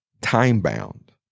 time-bound